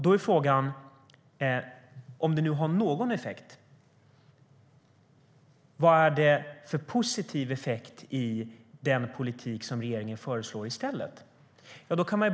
Då är frågan: Om det nu har haft någon effekt - vad är det då för positiv effekt i den politik som regeringen föreslår i stället?